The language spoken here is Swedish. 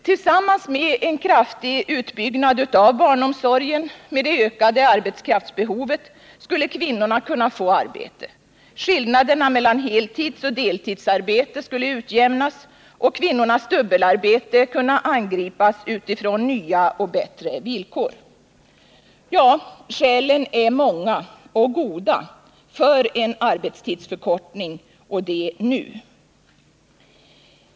Tillsammans med en kraftig utbyggnad av barnomsorgen, med det därigenom ökade arbetskraftsbehovet, skulle kvinnorna kunna få arbete, skillnaderna mellan heltidsoch deltidsarbete utjämnas och kvinnornas dubbelarbete kunna angripas utifrån nya och bättre villkor. Ja, skälen är många och goda för en arbetstidsförkortning — och det nu!